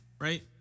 right